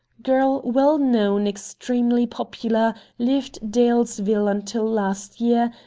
girl well known, extremely popular, lived dalesville until last year,